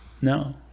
No